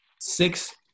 six –